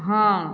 हां